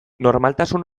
normaltasun